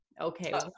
Okay